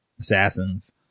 assassins